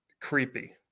creepy